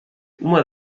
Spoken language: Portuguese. uma